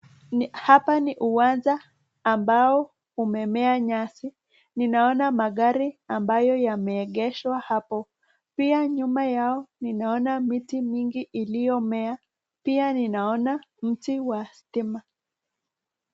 Hapa ni uwanja ambao umemea nyasi. Ninaona magari ambayo yameegeshwa hapo. Pia nyuma yao naona miti mingi iliyomea. Pia ninaona miti wa sitima.